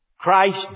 Christ